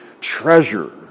treasure